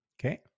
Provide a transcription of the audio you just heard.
okay